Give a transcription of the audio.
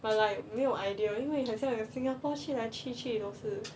but like 没有 idea 因为好象 singapore 去来去去都是